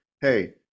hey